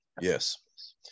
Yes